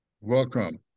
welcome